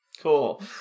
Cool